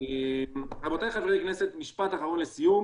רבותיי חברי הכנסת משפט אחד לסיום.